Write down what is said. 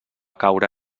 caure